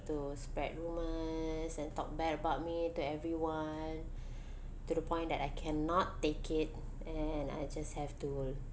to spread rumours and talk bad about me to everyone to the point that I cannot take it and I just have to